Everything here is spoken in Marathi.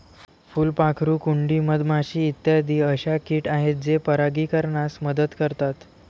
फुलपाखरू, कुंडी, मधमाशी इत्यादी अशा किट आहेत जे परागीकरणास मदत करतात